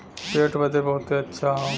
पेट बदे बहुते अच्छा हौ